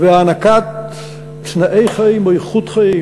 והענקת תנאי חיים או איכות חיים,